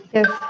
Yes